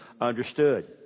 understood